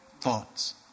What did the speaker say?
thoughts